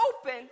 open